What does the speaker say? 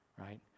right